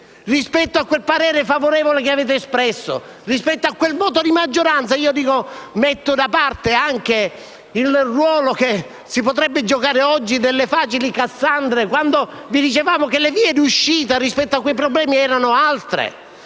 rispetto al parere favorevole che avete espresso? A quel voto di maggioranza? Metto da parte anche il ruolo, che potremmo giocare oggi, delle facili Cassandre, quando vi dicevamo che le vie di uscita rispetto a quei problemi erano altre,